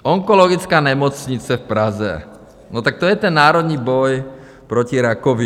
Onkologická nemocnice v Praze to je ten národní boj proti rakovině.